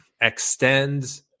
Extend